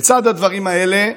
לצד הדברים האלה,